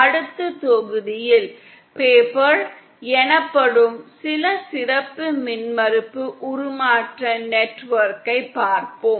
அடுத்த தொகுதியில் 'பேப்பர்' எனப்படும் சில சிறப்பு 'மின்மறுப்பு உருமாற்ற நெட்வொர்க்கை' பார்ப்போம்